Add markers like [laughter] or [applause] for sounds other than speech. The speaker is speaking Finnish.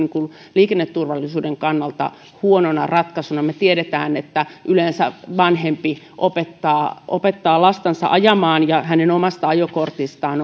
liikenneturvallisuuden kannalta huonona ratkaisuna me tiedämme että yleensä vanhempi opettaa opettaa lastansa ajamaan ja hänen omasta ajokortistaan [unintelligible]